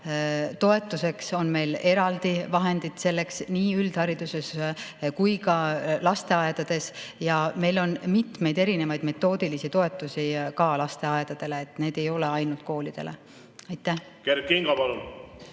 toetuseks on meil eraldi vahendid nii üldhariduses kui ka lasteaedades. Ja meil on mitmeid erinevaid metoodilisi toetusi ka lasteaedadele. Need ei ole ainult koolidele. Kert Kingo, palun!